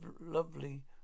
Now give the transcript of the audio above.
lovely